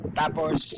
tapos